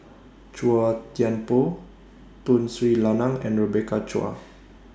Chua Thian Poh Tun Sri Lanang and Rebecca Chua